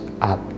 up